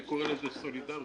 אני קורא לזה סולידריות.